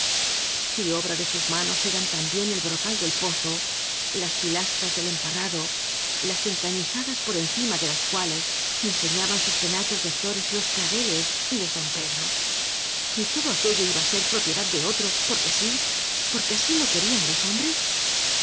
partes y obra de sus manos eran también el brocal del pozo las pilastras del emparrado las enca ñizadas por encima de las cuales enseñaban sus penachos de flores los claveles y los dompedros y todo aquello iba á ser propiedad de otro porque sí porque así lo querían los hombres